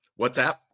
WhatsApp